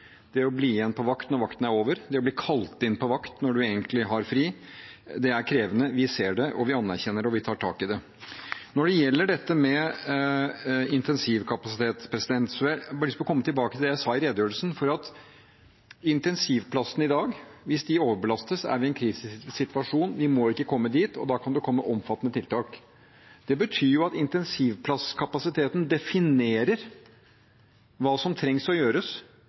det å måtte bli igjen på vakt når vakten er over, og det å bli kalt inn på vakt når man egentlig har fri, er krevende. Vi ser det, vi anerkjenner det, og vi tar tak i det. Når det gjelder dette med intensivkapasitet, har jeg lyst til å komme tilbake til det jeg sa i redegjørelsen, for hvis de intensivplassene vi har i dag, overbelastes, er vi i en kritisk situasjon. Vi må ikke komme dit, men da kan det komme omfattende tiltak. Det betyr at intensivplasskapasiteten definerer hva som trengs å gjøres